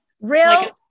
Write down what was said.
Real